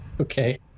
Okay